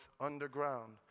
underground